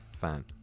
fan